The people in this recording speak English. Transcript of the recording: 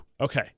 Okay